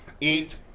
Eat